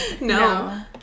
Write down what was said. No